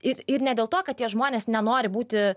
ir ir ne dėl to kad tie žmonės nenori būti